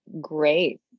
great